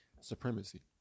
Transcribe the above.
supremacy